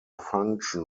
function